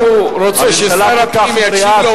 הוא רוצה ששר הפנים יקשיב לו,